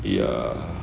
yeah